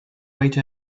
wait